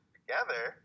together